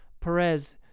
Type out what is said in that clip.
Perez